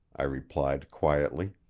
i replied quietly.